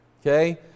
okay